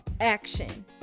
action